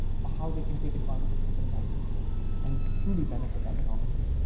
for how they can take advantage of open licensing and truly benefit economically.